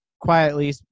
quietly